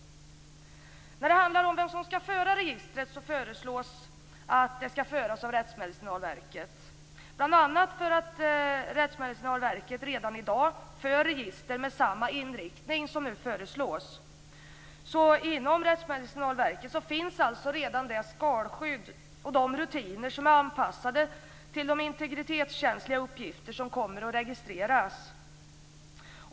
När det handlar om vem som skall föra registret föreslås att det skall föras av Rättsmedicinalverket, bl.a. för att Rättsmedicinalverket redan i dag för register med samma inriktning som nu föreslås. Inom Rättsmedicinalverket finns alltså redan det skalskydd och de rutiner som är anpassade till de integritetskänsliga uppgifter som kommer att registreras.